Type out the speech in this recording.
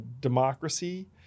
democracy